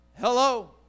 Hello